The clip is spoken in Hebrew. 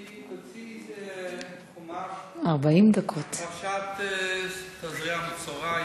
תוציא איזה חומש, פרשת תזריע-מצורע.